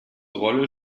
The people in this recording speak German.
rolle